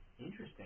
Interesting